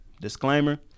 disclaimer